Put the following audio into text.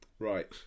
Right